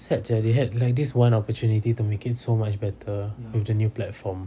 sad sia they had like this one opportunity to make it so much better with the new platform